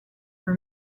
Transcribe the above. for